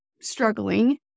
struggling